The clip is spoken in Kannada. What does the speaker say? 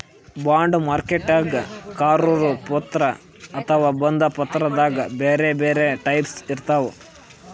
ಬಾಂಡ್ ಮಾರ್ಕೆಟ್ದಾಗ್ ಕರಾರು ಪತ್ರ ಅಥವಾ ಬಂಧ ಪತ್ರದಾಗ್ ಬ್ಯಾರೆ ಬ್ಯಾರೆ ಟೈಪ್ಸ್ ಇರ್ತವ್